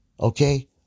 Okay